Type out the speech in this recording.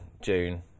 June